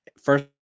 first